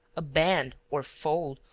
a band, or fold,